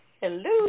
Hello